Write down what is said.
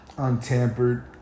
Untampered